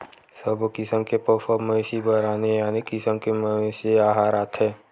सबो किसम के पोसवा मवेशी बर आने आने किसम के मवेशी अहार आथे